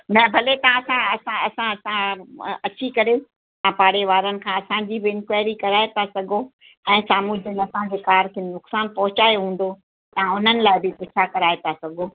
न भले तव्हां असां असां असां सां अची करे तव्हां पाड़ेवारनि खां असांजी बि इंक्वाएरी कराए था सघो ऐं साम्हूं जिनि असांजी कार खे नुक़सानु पहुचायो हूंदो तव्हां उन्हनि लाइ बि पुछा कराए था सघो